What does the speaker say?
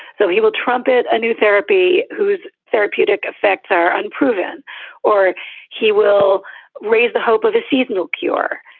so he will trump it. a new therapy whose therapeutic effects are unproven or he will raise the hope of a seasonal cure.